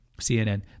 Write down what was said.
CNN